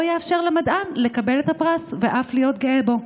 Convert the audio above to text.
או יאפשר למדען לקבל את הפרס ואף להיות גאה בו.